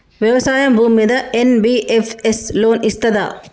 వ్యవసాయం భూమ్మీద NBFS loan ఇస్తదా?